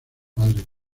padre